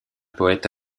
poëte